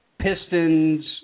pistons